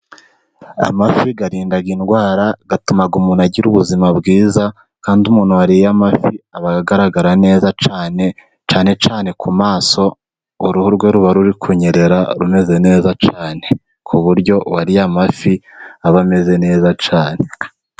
Amafi arinda indwara, atuma umuntu agira ubuzima bwiza, kandi umuntu wariye amafi aba agaragara neza cyane, cyane cyane ku maso uruhu rwe ruba ruri kunyerera rumeze neza cyane ku buryo uwariye amafi aba ameze neza cyane.